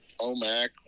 OMAC